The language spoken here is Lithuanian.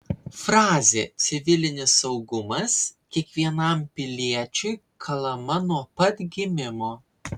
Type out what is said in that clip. frazė civilinis saugumas kiekvienam piliečiui kalama nuo pat gimimo